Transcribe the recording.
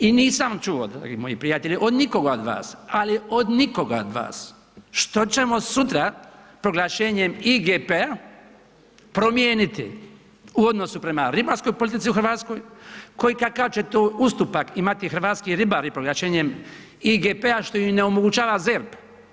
I nisam čuo dragi moji prijatelji od nikoga od vas, ali od nikoga od vas, što ćemo sutra proglašenjem IGP-a promijeniti u odnosu prema ribarskoj politici u Hrvatskoj koji kakav će to ustupak imati hrvatski ribari proglašenjem IGP-a što im onemogućava ZERP.